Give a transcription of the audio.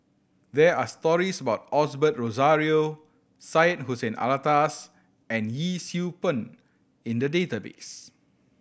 there are stories about Osbert Rozario Syed Hussein Alatas and Yee Siew Pun in the database